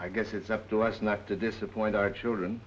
i guess it's up to us not to disappoint our children